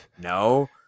no